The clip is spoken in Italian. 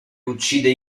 uccide